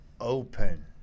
open